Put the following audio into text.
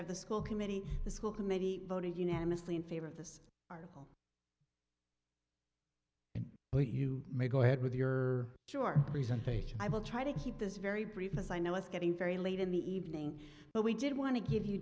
of the school committee the school committee voted unanimously in favor of this and you may go ahead with your presentation i will try to keep this very brief as i know it's getting very late in the evening but we did want to give you